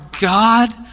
God